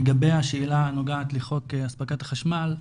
לגבי השאלה נוגעת לחוק הספקת החשמל,